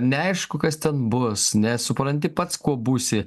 neaišku kas ten bus nesupranti pats kuo būsi